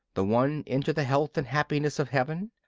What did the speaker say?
the one into the health and happiness of heaven,